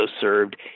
served